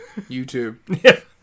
YouTube